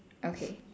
okay